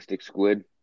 Squid